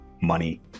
money